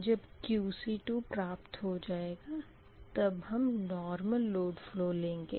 जब QC2 प्राप्त हो जाएगा तब हम नॉर्मल लोड फ़लो लेंगे